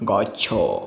ଗଛ